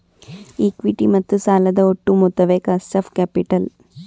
equity ಮತ್ತು ಸಾಲದ ಒಟ್ಟು ಮೊತ್ತವೇ ಕಾಸ್ಟ್ ಆಫ್ ಕ್ಯಾಪಿಟಲ್